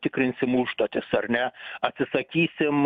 tikrinsim užduotis ar ne atsisakysim